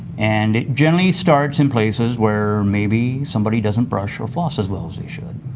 and it generally starts in places where maybe somebody doesn't brush or floss as well as they should